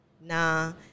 nah